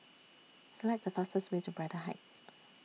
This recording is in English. Select The fastest Way to Braddell Heights